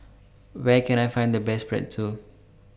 Where Can I Find The Best Pretzel